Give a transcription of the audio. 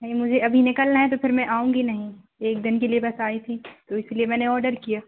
नहीं मुझे अभी निकलना है तो फिर मैं आऊँगी नहीं एक दिन के लिए बस आई थी तो इसीलिए मैंने ऑडर किया